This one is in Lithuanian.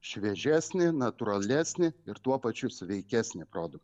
šviežesnį natūralesnį ir tuo pačiu sveikesnį produktą